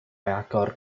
agor